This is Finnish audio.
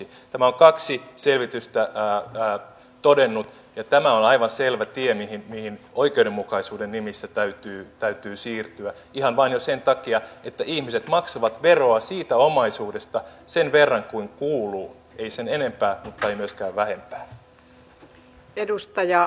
tämän on kaksi selvitystä todennut ja tämä on aivan selvä tie mihin oikeudenmukaisuuden nimissä täytyy siirtyä ihan vain jo sen takia että ihmiset maksaisivat veroa siitä omaisuudesta sen verran kuin kuuluu eivät sen enempää mutta eivät myöskään vähempää